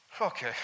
Okay